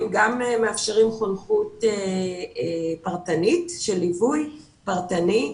וגם מאפשרים חונכות פרטנית של ליווי פרטני,